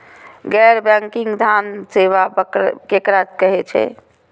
गैर बैंकिंग धान सेवा केकरा कहे छे?